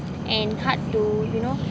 and hard to you know